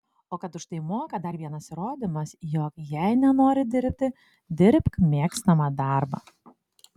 o kad už tai moka dar vienas įrodymas jog jei nenori dirbti dirbk mėgstamą darbą